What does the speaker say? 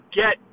get